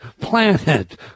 planet